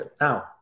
Now